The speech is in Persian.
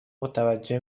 متوجه